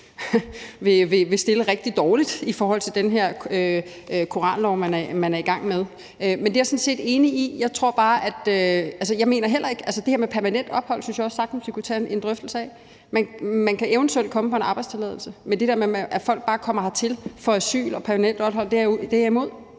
vil stille rigtig dårligt i forhold til den her koranlov, man er i gang med. Men jeg er sådan set enig i, og det her med permanent ophold synes jeg også sagtens vi kunne tage en drøftelse af. Man kan eventuelt komme her på en arbejdstilladelse. Men det der med, at folk bare kommer hertil og får asyl og permanent ophold, er jeg imod.